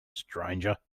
stranger